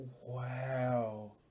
Wow